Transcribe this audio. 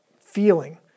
feeling